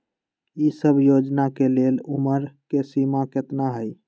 ई सब योजना के लेल उमर के सीमा केतना हई?